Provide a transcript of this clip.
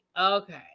Okay